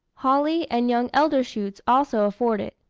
holly and young elder shoots also afford it.